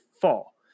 fall